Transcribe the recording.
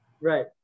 Right